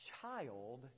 child